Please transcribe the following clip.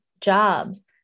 jobs